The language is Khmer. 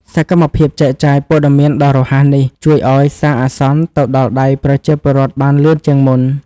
សកម្មភាពចែកចាយព័ត៌មានដ៏រហ័សនេះ ជួយឱ្យសារអាសន្នទៅដល់ដៃប្រជាពលរដ្ឋបានលឿនជាងមុន។